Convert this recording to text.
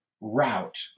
route